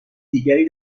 دیگری